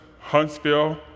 Huntsville